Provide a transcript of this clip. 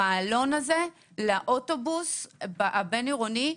המעלון הזה לאוטובוס הבין-עירוני,